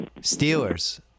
Steelers